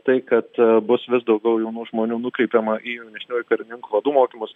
tai kad bus vis daugiau jaunų žmonių nukreipiama į jaunesniųjų karininkų vadų mokymus